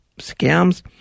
scams